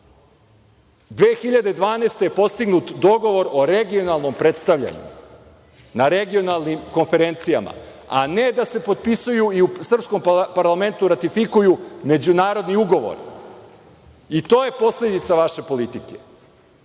2012. je postignut dogovor o regionalnom predstavljanju na regionalnim konferencijama, a ne da se potpisuju i u srpskom parlamentu i ratifikuju međunarodni ugovori. I to je posledica vaše politike. Pa